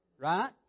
Right